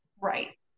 right